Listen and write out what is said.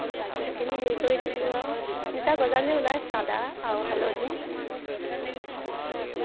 সেইখিনি হেৰি কৰি দিলোঁ আৰু এতিয়া গজালি ওলাইছে আদা আৰু হালধি